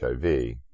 HIV